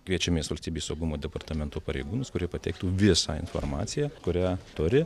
kviečiamės valstybės saugumo departamento pareigūnus kurie pateiktų visą informaciją kurią turi